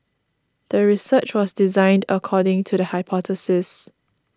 the research was designed according to the hypothesis